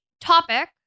topic